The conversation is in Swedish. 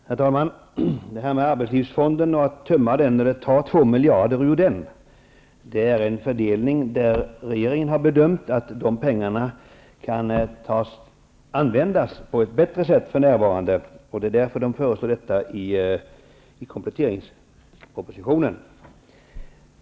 Herr talman! När regeringen i kompletteringspropositionen föreslår att två miljarder skall tas ur arbetslivsfonden, bygger det på bedömningen att pengarna för närvarande kan användas på ett bättre sätt.